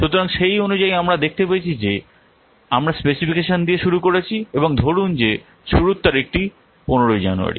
সুতরাং সেই অনুযায়ী আমরা দেখতে পেয়েছি যে আমরা স্পেসিফিকেশন দিয়ে শুরু করেছি এবং ধরুন যে শুরুর তারিখটি 15 জানুয়ারী